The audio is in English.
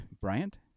Bryant